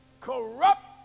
Corrupt